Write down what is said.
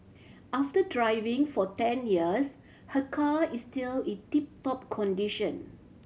after driving for ten years her car is still in tip top condition